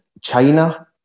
China